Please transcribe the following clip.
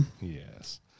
Yes